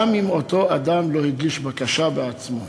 גם אם אותו אדם לא הגיש בקשה בעצמו.